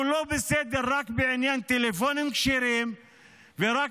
הוא לא בסדר רק בעניין טלפונים כשרים ורק